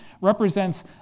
represents